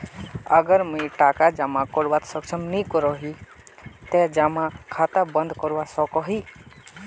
अगर मुई टका जमा करवात सक्षम नी करोही ते जमा खाता बंद करवा सकोहो ही?